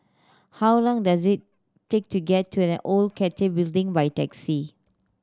how long does it take to get to an Old Cathay Building by taxi